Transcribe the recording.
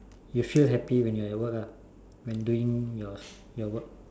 you feel happy when you are at work lah when doing your your work